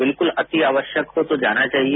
बिल्कुल अति आवश्यक हो तो जाना चाहिए